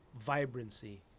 Vibrancy